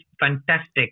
fantastic